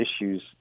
issues